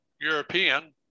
European